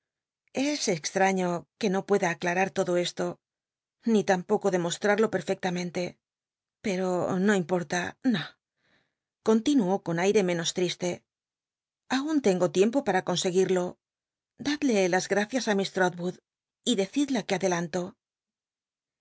es cxhaíio que no pueda aclarar todo esto ni tampoco demostrarlo perfectamente pero no impol'ta no l continuó con ail'e menos triste aun tengo tiempo para conseguirlo dadlc las gracias í miss l'rotwood y decidla que adelanto